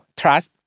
trust